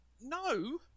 no